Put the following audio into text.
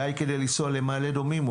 די כי לנסוע למעלה אדומים,